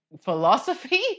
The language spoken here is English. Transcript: philosophy